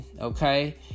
Okay